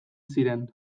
ziren